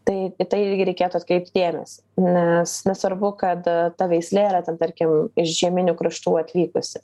tai irgi reikėtų atkreipti dėmesį nes nesvarbu kad ta veislė yra ten tarkim iš žieminių kraštų atvykusi